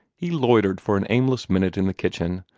he loitered for an aimless minute in the kitchen,